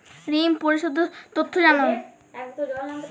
ঋন পরিশোধ এর তথ্য জানান